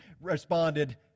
responded